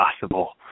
possible